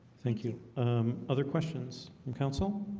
thank you other questions from council